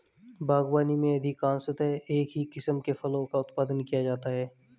बागवानी में अधिकांशतः एक ही किस्म के फलों का उत्पादन किया जाता है